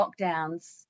lockdowns